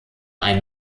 ein